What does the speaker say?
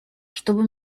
чтобы